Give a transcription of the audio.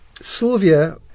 Sylvia